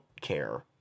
care